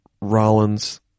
Rollins